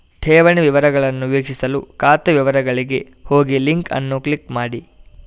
ಠೇವಣಿ ವಿವರಗಳನ್ನು ವೀಕ್ಷಿಸಲು ಖಾತೆ ವಿವರಗಳಿಗೆ ಹೋಗಿಲಿಂಕ್ ಅನ್ನು ಕ್ಲಿಕ್ ಮಾಡಿ